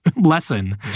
lesson